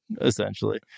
essentially